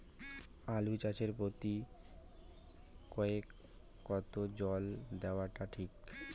আলু চাষে প্রতি একরে কতো জল দেওয়া টা ঠিক?